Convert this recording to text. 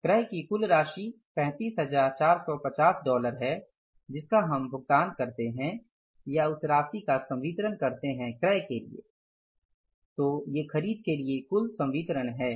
क्रय की कुल राशि 35450 है जिसका हम भुगतान करते हैं या उस राशि का संवितरण करते है क्रय के लिए तो ये खरीद के लिए कुल संवितरण हैं